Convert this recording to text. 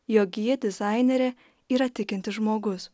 jog ji dizainerė yra tikintis žmogus